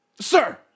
Sir